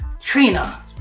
Trina